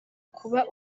kuba